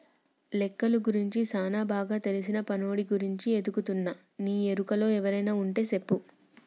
లెక్కలు గురించి సానా బాగా తెల్సిన పనోడి గురించి ఎతుకుతున్నా నీ ఎరుకలో ఎవరైనా వుంటే సెప్పు